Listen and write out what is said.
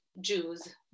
Jews